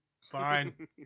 Fine